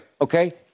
Okay